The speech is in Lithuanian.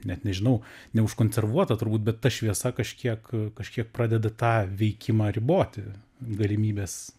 net nežinau neužkonservuota turbūt bet ta šviesa kažkiek kažkiek pradeda tą veikimą riboti galimybės